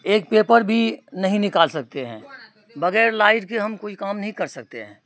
ایک پیپر بھی نہیں نکال سکتے ہیں بغیر لائٹ کے ہم کوئی کام نہیں کر سکتے ہیں